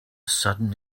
sudden